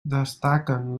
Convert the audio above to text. destaquen